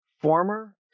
former